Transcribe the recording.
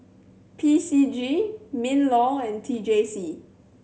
P C G MinLaw and T J C